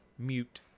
Mute